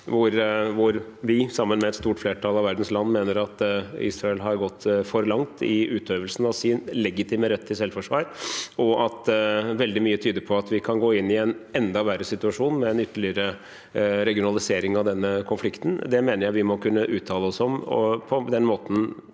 hvor vi, sammen med et stort flertall av verdens land, mener at Israel har gått for langt i utøvelsen av sin legitime rett til selvforsvar, og at veldig mye tyder på at vi kan gå inn i en enda verre situasjon med en ytterligere regionalisering av denne konflikten. Det mener jeg vi må kunne uttale oss om på prinsipielt